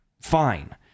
fine